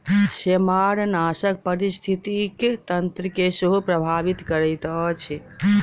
सेमारनाशक पारिस्थितिकी तंत्र के सेहो प्रभावित करैत अछि